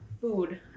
food